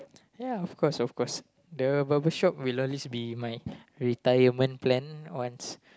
ya of course of course the barber shop will always be my retirement plan once